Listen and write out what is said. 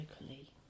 locally